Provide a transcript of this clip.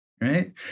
right